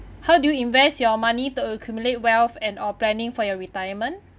how do you invest your money to accumulate wealth and or planning for your retirement